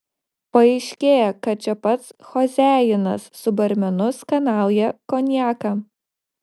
paaiškėja kad čia pats choziajinas su barmenu skanauja konjaką